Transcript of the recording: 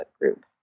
group